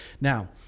Now